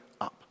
up